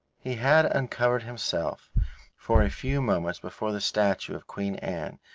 he had uncovered himself for a few moments before the statue of queen anne,